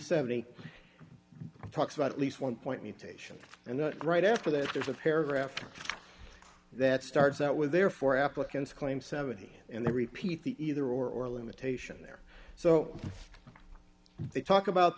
seventy talks about at least one point mutation and that right after that there's a paragraph that starts out with therefore applicants claim seventy and then repeat the either or limitation there so they talk about